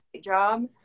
job